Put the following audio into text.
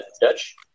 Dutch